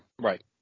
Right